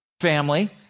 family